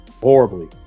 horribly